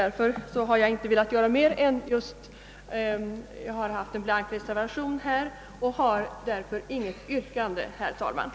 Därför har jag här inte velat gå längre än till att avge en blank reservation och ställer, herr talman, inte något yrkande.